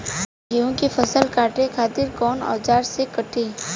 गेहूं के फसल काटे खातिर कोवन औजार से कटी?